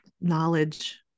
knowledge